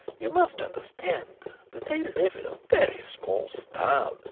you must understand that they live in a very small style,